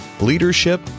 leadership